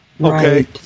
Okay